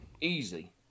easy